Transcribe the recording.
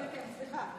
כן, כן, סליחה.